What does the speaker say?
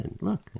look